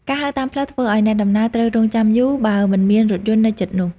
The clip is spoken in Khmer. ការហៅតាមផ្លូវធ្វើឱ្យអ្នកដំណើរត្រូវរង់ចាំយូរបើមិនមានរថយន្តនៅជិតនោះ។